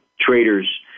traders